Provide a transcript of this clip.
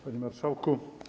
Panie Marszałku!